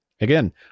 Again